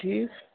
ٹھیٖک